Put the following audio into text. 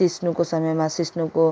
सिस्नोको समयमा सिस्नोको